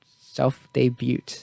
self-debut